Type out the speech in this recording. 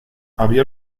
había